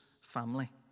family